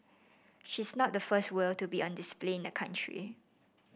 she is not the first whale to be on display in the country